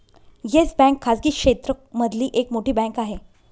yes Bank खाजगी क्षेत्र मधली एक मोठी बँक आहे